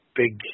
big